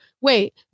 Wait